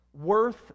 worth